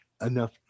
enough